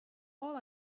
all